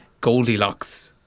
Goldilocks